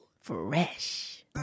fresh